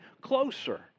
closer